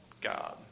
God